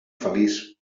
feliç